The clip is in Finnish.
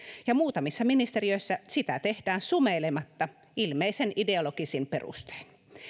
ja muutamissa ministeriöissä sitä tehdään sumeilematta ilmeisen ideologisin perustein